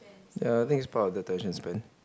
ya I think it's part of the attention spent